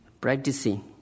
practicing